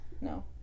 No